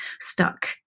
stuck